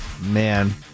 Man